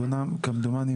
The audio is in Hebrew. כמדומני,